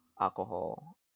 alcohol